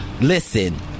Listen